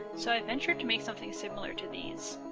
so i ventured to make something similar to these.